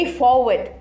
forward